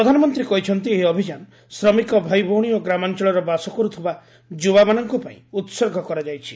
ପ୍ରଧାନମନ୍ତ୍ରୀ କହିଛନ୍ତି ଏହି ଅଭିଯାନ ଶ୍ରମିକ ଭାଇଭଉଣୀ ଓ ଗ୍ରାମାଞଳର ବାସ କରୁଥିବା ଯୁବାମାନଙ୍କ ପାଇଁ ଉହର୍ଗ କରାଯାଇଛି